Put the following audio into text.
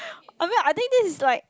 I mean I think this is like